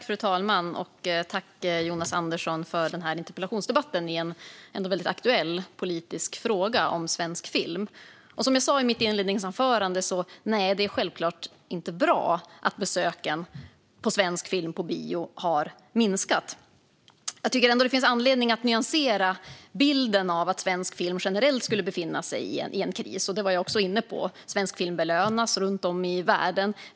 Fru talman! Tack, Jonas Andersson, för interpellationsdebatten i en väldigt aktuell politisk fråga om svensk film! Som jag sa i mitt svar är det självklart inte bra att besöken på svensk film på bio har minskat. Jag tycker ändå att det finns anledning att nyansera bilden av att svensk film generellt skulle befinna sig i kris. Det var jag också inne på. Svensk film belönas runt om i världen.